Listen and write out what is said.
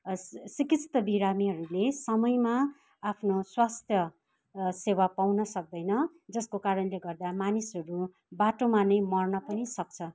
सिकिस्त बिरामीहरूले समयमा आफ्नो स्वास्थ्य सेवा पाउन सक्दैन जसको कारणले गर्दा मानिसहरू बाटोमा नै मर्न पनि सक्छ